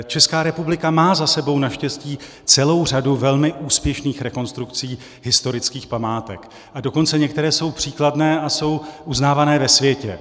Česká republika má za sebou naštěstí celou řadu velmi úspěšných rekonstrukcí historických památek, a dokonce některé jsou příkladné a jsou uznávané ve světě.